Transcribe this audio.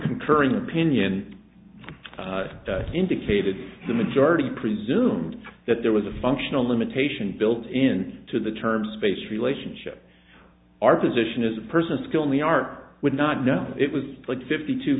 concurring opinion indicated the majority presumed that there was a functional limitation built in to the term space relationship our position is a person skill in the art would not know it was split fifty two